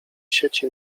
sieci